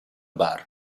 bar